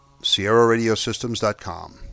sierraradiosystems.com